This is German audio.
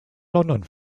london